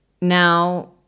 Now